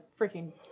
freaking